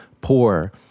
poor